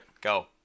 Go